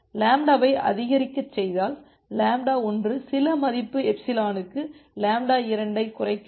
λவை அதிகரிக்கச் செய்தால் λ1 சில மதிப்பு எப்சிலனுக்கு λ2 ஐ குறைக்க வேண்டும்